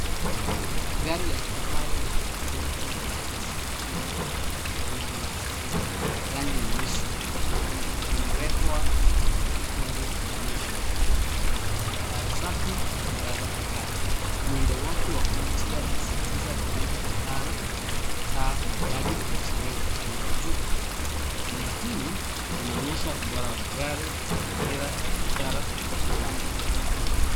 Gari la kifahari la Infinity XQ80, rangi nyeusi limewekwa kwenye ukumbi wa maonyesho wenye mandhari safi na mwangaza mkali. Muundo wake wa kuvutia unasitiza grili pana, taa maridadi na usanii wa hali ya juu. Eneo hili inaonyesha ubora wa magari kwenye mazingira ya kibiashara na kitaalamu.